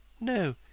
No